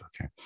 Okay